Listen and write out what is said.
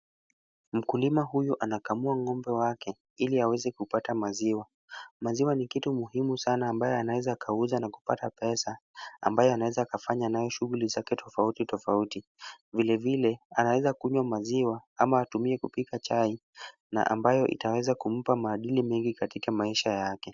Mkulima huyu anakamua ng'ombe wake, ili aweze kupata maziwa. Maziwa ni kitu muhimu sana ambayo anaweza akauza na kupata pesa, ambayo anaweza akafanya nayo shughuli zake tofauti tofauti. Vile vile anaweza kunywa maziwa ama atumie kupika chai na ambayo itaweza kumpa maadili mengi katika maisha yake.